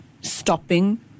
stopping